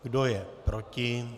Kdo je proti?